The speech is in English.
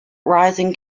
rising